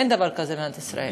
אין דבר כזה במדינת ישראל.